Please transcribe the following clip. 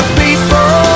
people